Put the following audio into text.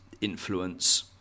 influence